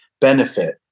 benefit